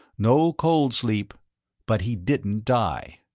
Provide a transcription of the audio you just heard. no cold-sleep but he didn't die.